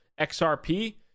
XRP